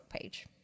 page